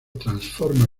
transforma